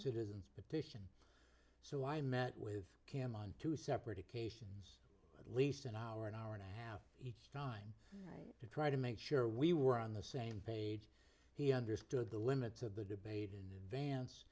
citizens petition so i met with cam on two separate occasions at least an hour an hour and a half each time to try to make sure we were on the same page he understood the limits of the debate and vance